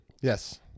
Yes